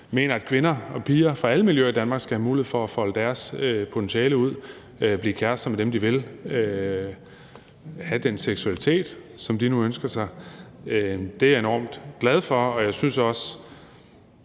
mener, at kvinder og piger fra alle miljøer i Danmark skal have mulighed for at folde deres potentiale ud og blive kærester med dem, de vil, og have den seksualitet, som de nu ønsker sig. Det er jeg enormt glad for, og jeg synes også